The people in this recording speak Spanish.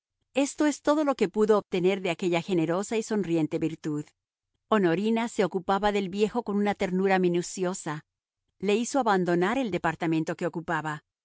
esto es todo lo que pudo obtener de aquella generosa y sonriente virtud honorina se ocupaba del viejo con una ternura minuciosa le hizo abandonar el departamento que ocupaba